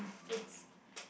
it's